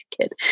kid